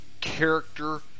character